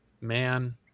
man